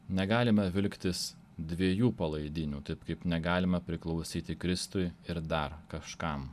negalime vilktis dviejų palaidinių taip kaip negalime priklausyti kristui ir dar kažkam